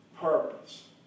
purpose